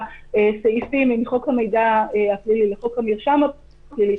סעיפים מחוק המידע הפלילי לחוק המרשם הפלילי,